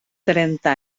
trenta